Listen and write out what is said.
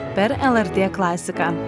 per lrt klasiką